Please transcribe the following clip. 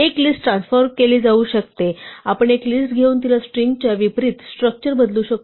एक list transform केली जाऊ शकते आपण एक लिस्ट घेऊन तिला स्ट्रिंगच्या विपरीत स्ट्रक्चर बदलू शकतो